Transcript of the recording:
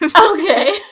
okay